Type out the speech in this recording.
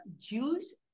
use